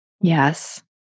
Yes